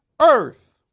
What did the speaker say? earth